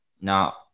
Now